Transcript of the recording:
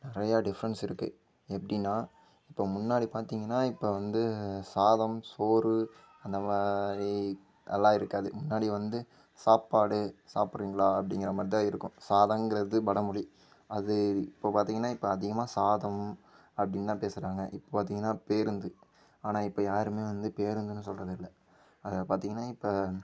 நிறைய டிஃப்ரென்ஸ் இருக்கு எப்படினா இப்போ முன்னாடி பார்த்திங்கனா இப்போ வந்து சாதம் சோறு அந்தமாதிரி எல்லாம் இருக்காது முன்னாடி வந்து சாப்பாடு சாப்பிடுறீங்களா அப்படிங்குறமாதிரி தான் இருக்கும் சாதங்குறது வடமொழி அது இப்போ பார்த்திங்கனா இப்போ அதிகமாக சாதம் அப்படின்னு தான் பேசுகிறாங்க இப்போ பார்த்திங்கனா பேருந்து ஆனால் இப்போ யாருமே வந்து பேருந்துன்னு சொல்லுறது இல்லை அதை பார்த்திங்கனா இப்போ